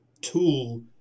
tool